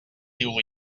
diu